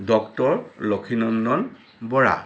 doctor Lakshminandan Bora